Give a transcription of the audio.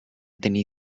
tenir